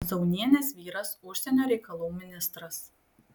zaunienės vyras užsienio reikalų ministras